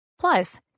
Plus